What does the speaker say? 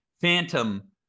phantom